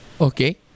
Okay